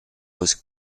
was